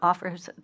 Offers